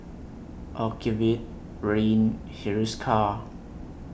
Ocuvite Rene Hiruscar